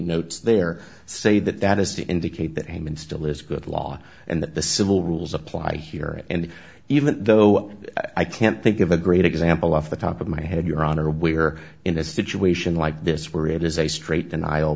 notes there say that that is to indicate that haman still is good law and that the civil rules apply here and even though i can't think of a great example off the top of my head your honor we're in a situation like this where it is a straight